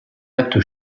acte